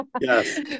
yes